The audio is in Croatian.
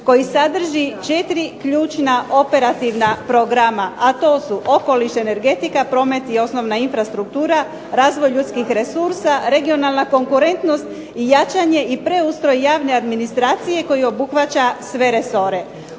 koji sadrži četiri ključna operativna programa, a to su okoliš, energetika, promet i osnovna infrastruktura, razvoj ljudskih resursa, regionalna konkurentnost, jačanje i preustroj javne administracije koji obuhvaća sve resore.